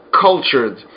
cultured